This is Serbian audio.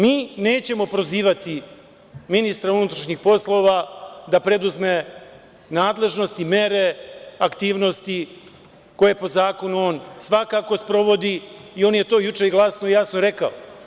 Mi nećemo prozivati ministra unutrašnjih poslova da preduzme nadležnosti, mere, aktivnosti koje po zakonu on, svakako, sprovodi, i on je to juče jasno, glasno rekao.